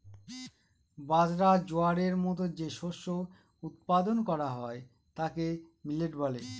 বাজরা, জোয়ারের মতো যে শস্য উৎপাদন করা হয় তাকে মিলেট বলে